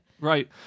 right